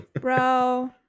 bro